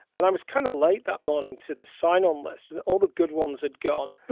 and i was kind of late that morning to the sign on list and all the good ones had gone.